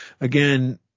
again